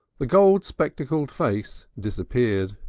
the gold-spectacled face disappeared.